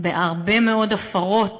בהרבה מאוד הפרות